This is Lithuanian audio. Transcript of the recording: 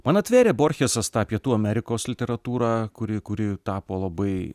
man atvėrė borchesas tą pietų amerikos literatūrą kuri kuri tapo labai